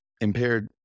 impaired